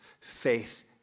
faith